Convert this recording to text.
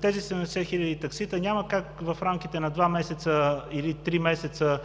тези 70 хиляди таксита няма как в рамките на два или три месеца,